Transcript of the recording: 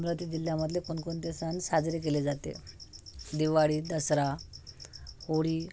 अमरावती जिल्ह्यामधले कोणकोणते सण साजरे केले जाते दिवाळी दसरा होळी